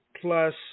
plus